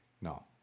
No